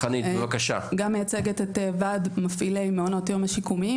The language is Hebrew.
גם מייצגת את ועד מפעילי מעונות היום השיקומיים.